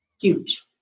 huge